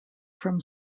from